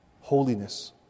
holiness